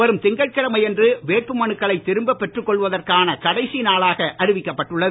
வரும் திங்கட்கிழமை அன்று வேட்புமனுக்களை திரும்ப பெற்றுக் கொள்வதற்கான கடைசி நாளாக அறிவிக்கப்பட்டுள்ளது